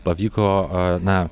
pavyko na